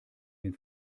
den